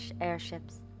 airships